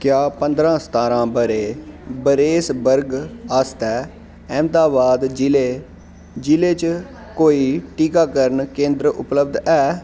क्या पंदरां सतारां ब'रे बरेस वर्ग आस्तै अहमदाबाद जि'ले जि'ले च कोई टीकाकरण केंदर उपलब्ध ऐ